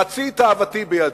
חצי תאוותי בידי.